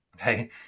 okay